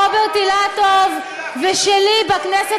שלוש שנים של עבודה של חבר הכנסת רוברט אילטוב ושלי בכנסת